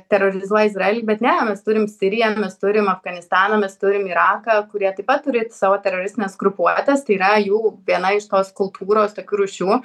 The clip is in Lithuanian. terorizuoja izraelį bet ne mes turim siriją mes turim afganistaną mes turim iraką kurie taip pat turi savo teroristines grupuotes tai yra jų viena iš tos kultūros tokių rūšių